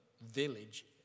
village